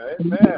Amen